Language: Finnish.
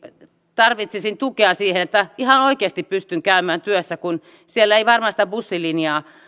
tarvitsisin tukea siihen että ihan oikeasti pystyn käymään työssä kun siellä ei varmaan sitä bussilinjaa